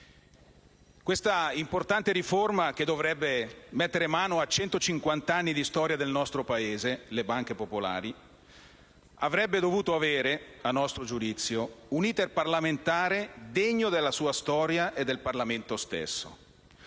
Questa importante riforma, che dovrebbe mettere mano a centocinquant'anni di storia del nostro Paese - le banche popolari - avrebbe dovuto avere, a nostro giudizio, un *iter* parlamentare degno di quella storia e del Parlamento stesso.